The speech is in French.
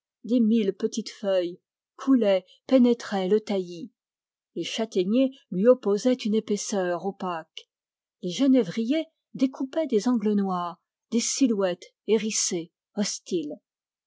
des mille petites feuilles coulait pénétrait le taillis les châtaigniers lui opposaient une épaisseur opaque les genévriers découpaient des angles noirs des silhouettes hérissées hostiles